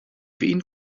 wen